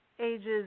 ages